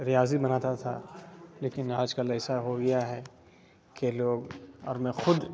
ریاضی بناتا تھا لیکن آج کل ایسا ہو گیا ہے کہ لوگ اور میں خود